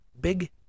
big